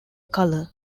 color